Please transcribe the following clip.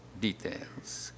details